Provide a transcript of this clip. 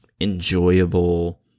enjoyable